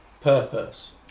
purpose